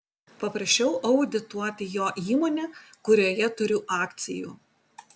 paprašiau audituoti jo įmonę kurioje turiu akcijų